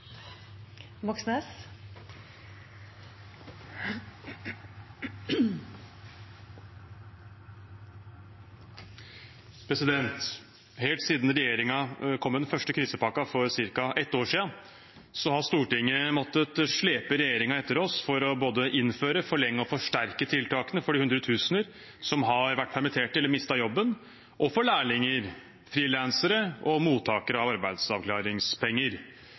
Helt siden regjeringen kom med den første krisepakken for ca. ett år siden, har Stortinget måttet slepe regjeringen etter seg for både å innføre, forlenge og forsterke tiltakene for de hundretusener som har vært permittert eller mistet jobben, og for lærlinger, frilansere og mottakere av arbeidsavklaringspenger.